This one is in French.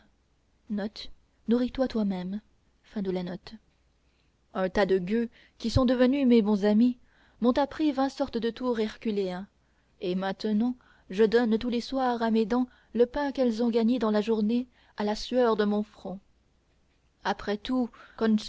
nourris toi toi-même ale te ipsam un tas de gueux qui sont devenus mes bons amis m'ont appris vingt sortes de tours herculéens et maintenant je donne tous les soirs à mes dents le pain qu'elles ont gagné dans la journée à la sueur de mon front après tout